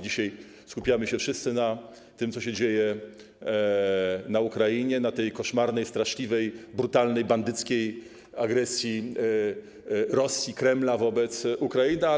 Dzisiaj skupiamy się wszyscy na tym, co się dzieje na Ukrainie, na tej koszmarnej, straszliwej, brutalnej, bandyckiej agresji Rosji, Kremla wobec Ukrainy,